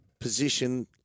position